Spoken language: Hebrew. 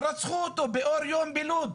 רצחו אותו באור יום בלוד,